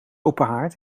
openhaard